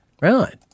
Right